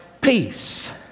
peace